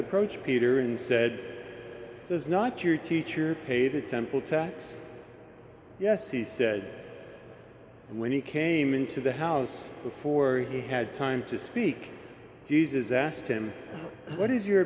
approached peter and said does not your teacher pay the temple tax yes he said when he came into the house before he had time to speak jesus asked him what is your